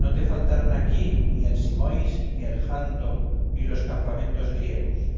no te faltarán aquí ni el simois ni el janto ni los campamentos griegos